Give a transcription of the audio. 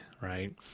right